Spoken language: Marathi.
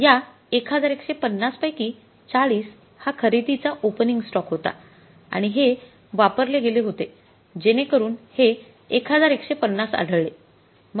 या ११५० पैकी ४० हा खरेदीचा ओपनिंग स्टॉक होता आणि हे वापरले गेले होते जेणेकरून हे ११५० आढळले